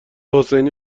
حسینی